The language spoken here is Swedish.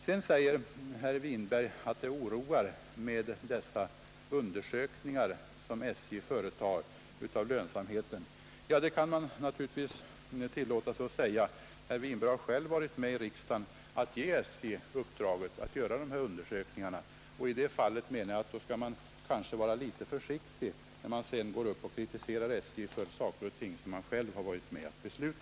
Herr Winberg påstår att de lönsamhetsundersökningar som SJ företar oroar människorna. Det kan han naturligtvis tillåta sig att säga. Herr Winberg har själv varit med i riksdagen om att ge SJ uppdraget att göra dessa undersökningar. Man skall kanske vara litet försiktig, när man sedan kritiserar SJ för saker och ting som man själv har varit med om att besluta.